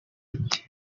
uti